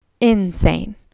insane